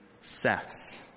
Seth's